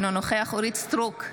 אינו נוכח אורית מלכה סטרוק,